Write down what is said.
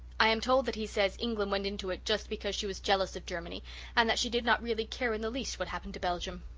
i am told that he says england went into it just because she was jealous of germany and that she did not really care in the least what happened to belgium.